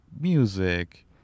music